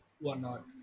whatnot